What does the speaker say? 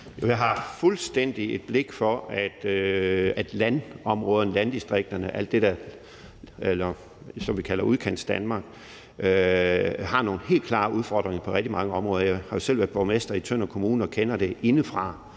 jeg har fuldstændig et blik for, at landområderne, landdistrikterne – det, som vi kalder Udkantsdanmark – har nogle helt klare udfordringer på rigtig mange områder. Jeg har jo selv været borgmester i Tønder Kommune og kender det indefra